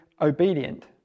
obedient